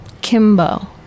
Kimbo